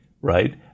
right